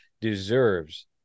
deserves